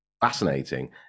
fascinating